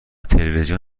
تلویزیون